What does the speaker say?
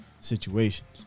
situations